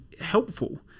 helpful